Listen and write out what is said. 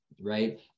right